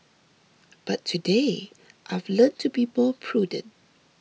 but today I've learnt to be more prudent